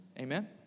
Amen